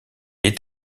est